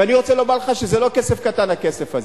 ואני רוצה לומר לך שזה לא כסף קטן, הכסף הזה.